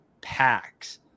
packs